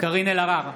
קארין אלהרר,